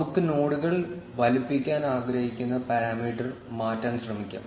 നമുക്ക് നോഡുകൾ വലുപ്പിക്കാൻ ആഗ്രഹിക്കുന്ന പാരാമീറ്റർ മാറ്റാൻ ശ്രമിക്കാം